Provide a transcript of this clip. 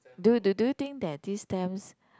do do do you think that these stamps